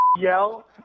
yell